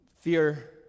Fear